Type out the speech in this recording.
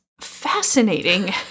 fascinating